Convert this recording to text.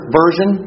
version